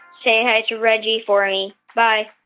say hi to reggie for me. bye